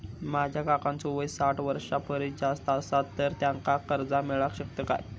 माझ्या काकांचो वय साठ वर्षां परिस जास्त आसा तर त्यांका कर्जा मेळाक शकतय काय?